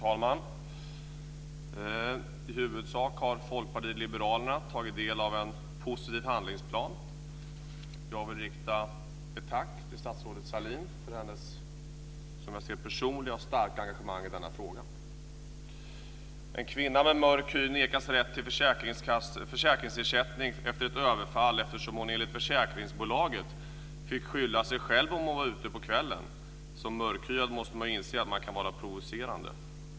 Herr talman! Folkpartiet liberalerna har tagit del tagit del av en i huvudsak positiv handlingsplan. Jag vill rikta ett tack till statsrådet Sahlin för hennes personliga och starka engagemang i denna fråga. En kvinna med mörk hy nekas rätt till försäkringsersättning efter ett överfall, eftersom hon enligt försäkringsbolaget fick skylla sig själv om hon var ute på kvällen. Som mörkhyad måste man ju inse att man kan vara provocerande.